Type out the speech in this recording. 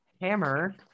hammer